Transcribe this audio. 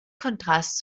kontrast